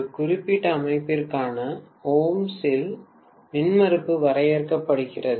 ஒரு குறிப்பிட்ட அமைப்பிற்கான ஓம்ஸில் மின்மறுப்பு வரையறுக்கப்படுகிறது